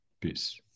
Peace